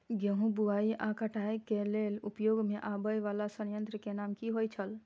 गेहूं बुआई आ काटय केय लेल उपयोग में आबेय वाला संयंत्र के नाम की होय छल?